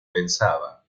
pensaba